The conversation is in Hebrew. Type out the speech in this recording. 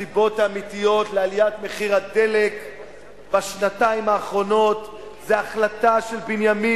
הסיבות האמיתיות לעליית מחיר הדלק בשנתיים האחרונות זה החלטה של בנימין